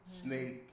snake